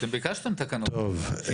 אתם ביקשתם תקנות --- טוב,